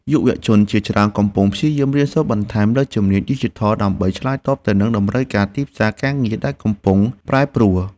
យុវជនជាច្រើនកំពុងព្យាយាមរៀនសូត្របន្ថែមលើជំនាញឌីជីថល ដើម្បីឆ្លើយតបទៅនឹងតម្រូវការទីផ្សារការងារដែលកំពុងប្រែប្រួល។